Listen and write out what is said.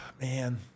Man